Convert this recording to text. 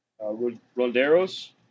Ronderos